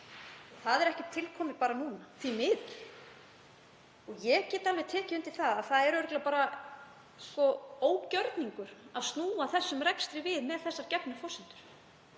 Það er ekki til komið bara núna, því miður. Ég get alveg tekið undir að það er örugglega bara ógjörningur að snúa þessum rekstri við með þessar gefnu forsendur.